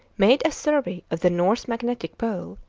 made a survey of the north magnetic pole,